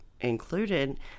Included